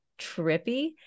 trippy